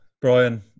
brian